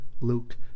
Luke